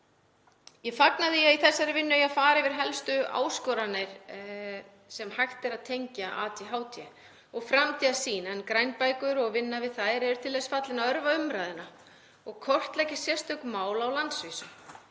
Ég fagna því að í þessari vinnu eigi að fara yfir helstu áskoranir sem hægt er að tengja ADHD og framtíðarsýn en grænbækur og vinna við þær eru til þess fallnar að örva umræðuna og kortleggja sérstök mál á landsvísu.